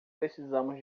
precisamos